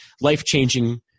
life-changing